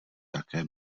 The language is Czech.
také